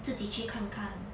自己去看看